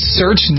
search